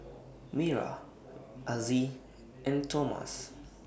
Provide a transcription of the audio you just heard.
Mayra Azzie and Tomas